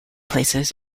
places